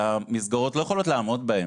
המסגרות לא יכולות לעמוד בו.